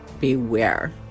beware